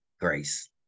grace